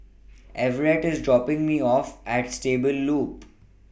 Everette IS dropping Me off At Stable Loop